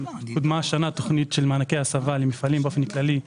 השנה קודמה תוכנית של מענקי הסבה למפעלים באופן כללי,